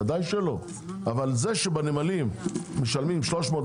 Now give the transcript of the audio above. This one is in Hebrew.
אבל זה שבנמלים משלמים 300,